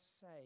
say